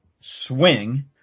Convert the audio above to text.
swing